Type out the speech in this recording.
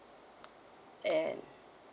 and